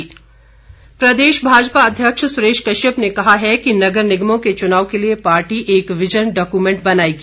भाजपा बैठक प्रदेश भाजपा अध्यक्ष सुरेश कश्यप ने कहा है कि नगर निगमों के चुनावों के लिए पार्टी एक विजन डॉक्यूमेंट बनाएगी